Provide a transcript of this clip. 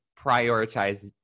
prioritize